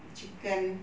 chicken